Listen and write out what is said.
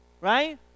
Right